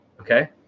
Okay